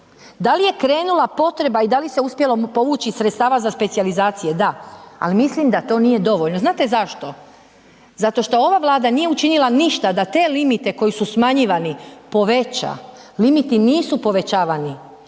Da li je krenula potreba i da li se uspjelo povući sredstava za specijalizacije? Da, ali mislim da to nije dovoljno. Znate zašto? Zato što ova Vlada nije učinila ništa da te limite koji su smanjivani poveća, limiti nisu povećavani.